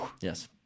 Yes